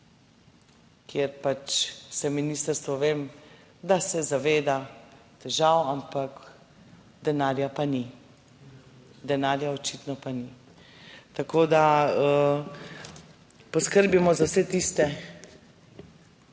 kjer pač se ministrstvo, vem, da se zaveda težav, ampak denarja pa ni. Denarja očitno pa ni, tako da poskrbimo za vse tiste,